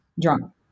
drunk